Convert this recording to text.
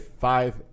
five